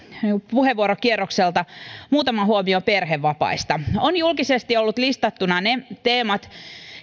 puheenvuorokierrokselta muutama huomio perhevapaista on julkisesti ollut listattuna ne teemat